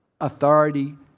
authority